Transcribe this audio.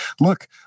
look